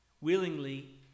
willingly